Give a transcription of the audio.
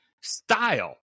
style